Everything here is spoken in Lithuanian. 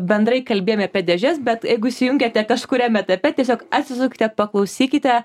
bendrai kalbėjome apie dėžes bet jeigu įsijungėte kažkuriame etape tiesiog atsisukite paklausykite